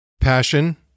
Passion